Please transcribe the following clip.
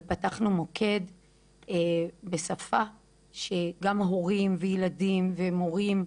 ופתחנו מוקד בשפה שגם הורים וילדים ומורים,